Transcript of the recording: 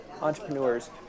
entrepreneurs